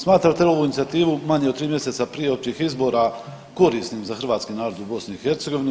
Smatrate li ovu inicijativu manje od 3 mjeseca prije općih izbora korisnim za hrvatski narod u BiH?